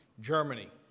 Germany